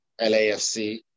lafc